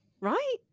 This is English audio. Right